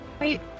Wait